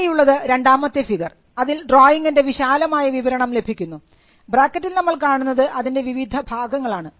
താഴെയുള്ളത് രണ്ടാമത്തെ ഫിഗർ അതിൽ ഡ്രോയിംഗിൻറെ വിശാലമായ വിവരണം ലഭിക്കുന്നു ബ്രാക്കറ്റിൽ നമ്മൾ കാണുന്നത് അതിൻറെ വിവിധ ഭാഗങ്ങളാണ്